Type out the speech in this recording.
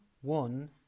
one